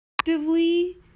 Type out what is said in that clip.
actively